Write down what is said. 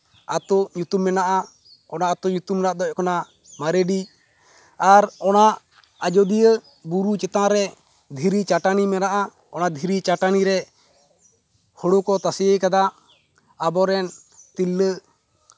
ᱟᱛᱳ ᱧᱩᱛᱩᱢ ᱢᱮᱱᱟᱜᱼᱟ ᱚᱱᱟ ᱟᱛᱳ ᱨᱮᱭᱟᱜ ᱧᱩᱛᱩᱢ ᱫᱚ ᱦᱩᱭᱩᱜ ᱠᱟᱱᱟ ᱢᱟᱨᱮᱰᱤ ᱟᱨ ᱚᱱᱟ ᱟᱡᱳᱫᱤᱭᱟᱹ ᱵᱩᱨᱩ ᱪᱮᱛᱟᱱᱨᱮ ᱫᱷᱤᱨᱤ ᱪᱟᱹᱴᱟᱹᱱᱤ ᱢᱮᱱᱟᱜᱼᱟ ᱚᱱᱟ ᱫᱷᱤᱨᱤ ᱪᱟᱹᱴᱟᱹᱱᱤᱨᱮ ᱦᱩᱲᱩ ᱠᱚ ᱛᱟᱥᱮ ᱟᱠᱟᱫᱟ ᱟᱵᱚ ᱨᱮᱱ ᱛᱤᱨᱞᱟᱹ